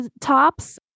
tops